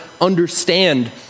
understand